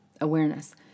awareness